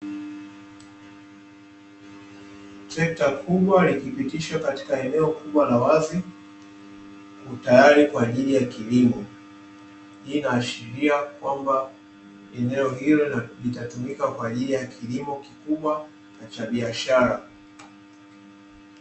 Trekta kubwa likipitishwa katika eneo kubwa la wazi tayari kwa ajili ya kilimo, hii inaashiria kwamba eneo hilo litatumika kwa ajili ya kilimo kikubwa cha biashara.